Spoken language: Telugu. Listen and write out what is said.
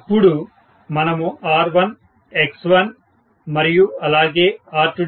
ఇప్పుడు మనము R1 X1మరియు అలాగే R2